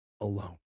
alone